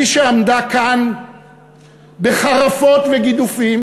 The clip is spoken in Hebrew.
מי שעמדה כאן בחרפות וגידופים,